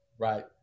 right